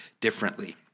differently